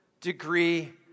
degree